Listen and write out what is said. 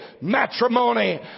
matrimony